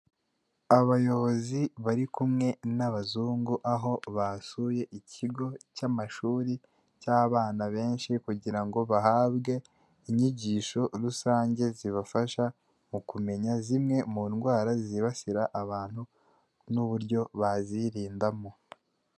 Abayobozi bari kumwe n'abazungu aho basuye ikigo cy'amashuri cy'abana benshi kugira ngo bahabwe inyigisho rusange zibafasha mu kumenya zimwe mu ndwara zibasira abantu n'uburyo bazirindamo.